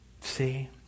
See